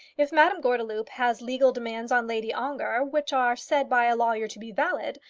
if madame gordeloup has legal demands on lady ongar which are said by a lawyer to be valid,